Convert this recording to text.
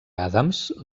adams